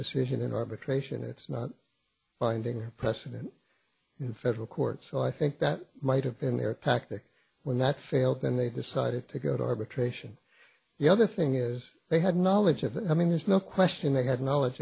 decision in arbitration it's not binding precedent in federal court so i think that might have been their tactic when that failed then they decided to go to arbitration the other thing is they had knowledge of it i mean there's no question they had knowledge